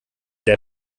der